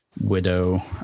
widow